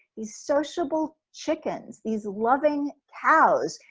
these sociable chickens, these loving cows,